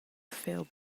failed